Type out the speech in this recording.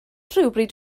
rhywbryd